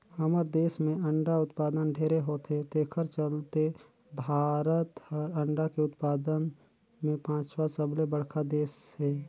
हमर देस में अंडा उत्पादन ढेरे होथे तेखर चलते भारत हर अंडा के उत्पादन में पांचवा सबले बड़खा देस हे